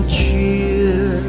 cheer